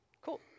Cool